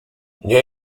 nie